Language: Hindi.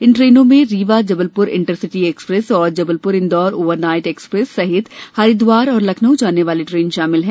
इन ट्रेनों में रीवा जबलपुर इंटरसिटी एक्सप्रेस और Jabalpur Indore overnight express सहित हरिद्वार और लखनऊ जाने वाली ट्रेन शामिल हैं